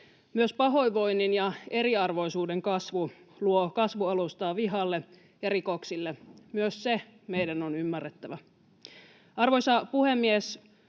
Myös pahoinvoinnin ja eriarvoisuuden kasvu luo kasvualustaa vihalle ja rikoksille. Myös se meidän on ymmärrettävä. Arvoisa puhemies!